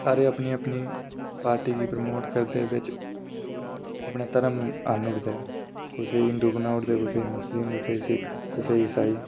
सारे अपनी अपनी पार्टी गी प्रमोट करदे बिच अपना धर्म आह्नी ओड़दे कुसै ई हिंदू बनाई ओड़दे कुसै ई मुस्लिम कुसै ई सिक्ख कुसै ई इसाई